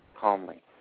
calmly